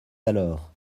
alors